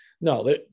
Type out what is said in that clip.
No